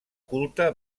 culte